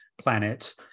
planet